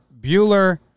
Bueller